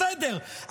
בסדר,